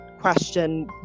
question